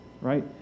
right